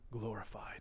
glorified